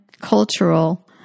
cultural